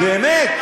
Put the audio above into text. באמת.